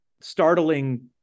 startling